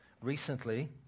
recently